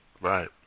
Right